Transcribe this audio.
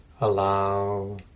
allow